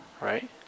Right